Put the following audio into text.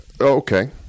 okay